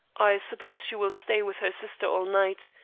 i suppose she will stay with her sister all night,